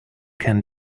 can